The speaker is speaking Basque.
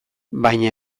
baina